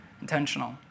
intentional